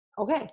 Okay